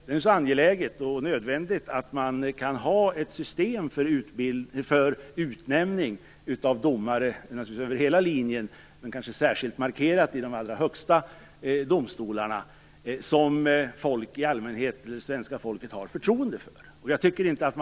Det känns angeläget och nödvändigt att vi kan ha ett system för utnämning av domare som svenska folket i allmänhet har förtroende för. Det gäller över hela linjen men är kanske särskilt markerat i de allra högsta domstolarna.